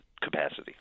capacity